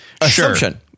assumption